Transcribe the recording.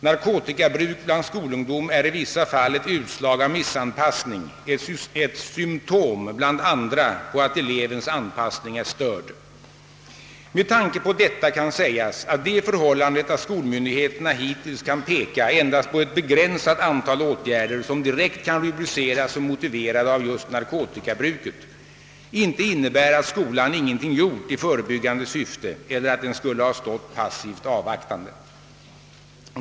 Narkotikabruk bland skolungdom är i vissa fall ett utslag av missanpassning, ett symtom bland andra på att elevens anpassning är störd. Med tanke på detta kan sägas att det förhållandet, att skolmyndigheterna hittills kan peka endast på ett begränsat antal åtgärder, som direkt kan rubriceras som motiverade av just narkotikabruket, inte innebär att skolan ingenting gjort i förebyggande syfte eller att den skulle ha stått passivt avvaktande.